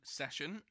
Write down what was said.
session